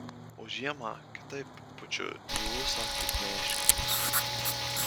o žiemą kitaip pučiu į ūsą kaip meškinas